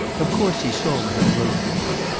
of course he saw what i wrote to you.